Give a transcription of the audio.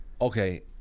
Okay